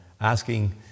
asking